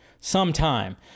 sometime